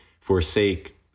forsake